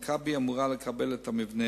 "מכבי" אמורה לקבל את המבנה,